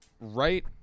Right